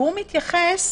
והוא מתייחס